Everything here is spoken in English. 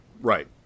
right